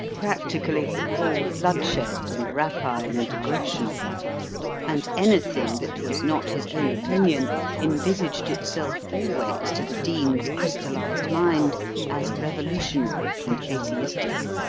practically all bloodshed and rapine and aggression and anything that was not his own opinion envisaged itself always to the dean's crystallised mind as revolutionary and atheistic.